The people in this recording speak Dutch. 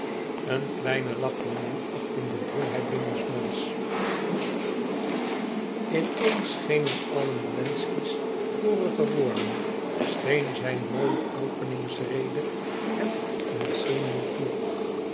een kleine lach van minachting bedwong hij binnensmonds in eens schenen alle wlenzci's vorige woorden scheen zijn mooie openingsrede hem ontzenuwd toe